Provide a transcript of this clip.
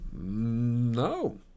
No